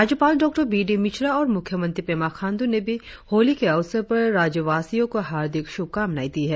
राज्यपाल डॉ B D Mishra और मुख्यमंत्री पेमा खांडू ने होली के अवसर पए राज्यवासियों को हार्दिक शुभकामनाएं दी है